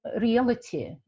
reality